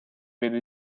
vede